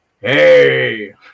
Hey